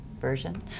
version